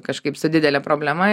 kažkaip su didele problema